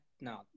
no